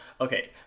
okay